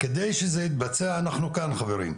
על מנת שזה יתבצע אנחנו כאן חברים,